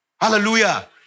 Hallelujah